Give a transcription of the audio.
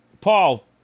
Paul